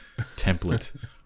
template